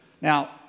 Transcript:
Now